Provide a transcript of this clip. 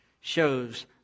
shows